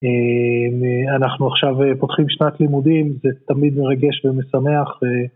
אנחנו עכשיו פותחים שנת לימודים, זה תמיד מרגש ומשמח.